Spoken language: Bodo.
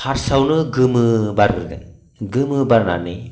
फार्स्टआवनो गोमो बारबोगोन गोमो बारनानै